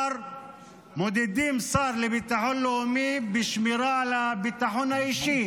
מודדים שר לביטחון לאומי בשמירה על הביטחון האישי